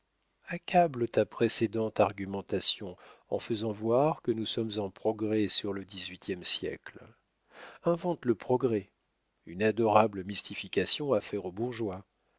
accable ta précédente argumentation en faisant voir que nous sommes en progrès sur le dix-huitième siècle invente le progrès une adorable mystification à faire aux bourgeois